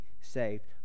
saved